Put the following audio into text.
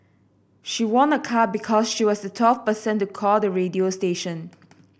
she won a car because she was the twelfth person to call the radio station